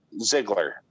Ziggler